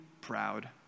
proud